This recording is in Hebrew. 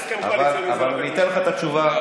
אז אני אתן לך את התשובה גם לזה.